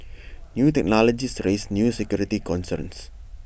new technologies raise new security concerns